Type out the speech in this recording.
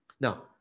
Now